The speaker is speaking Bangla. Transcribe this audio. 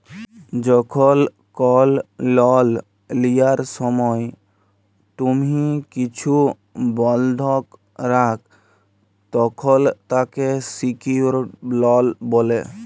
যখল কল লল লিয়ার সময় তুম্হি কিছু বল্ধক রাখ, তখল তাকে সিকিউরড লল ব্যলে